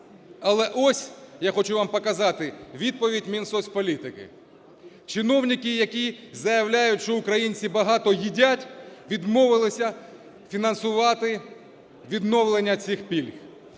Але ось, я хочу вам показати, відповідь Мінсоцполітики. Чиновники, які заявляють, що українці багато їдять, відмовилися фінансувати відновлення цих пільг.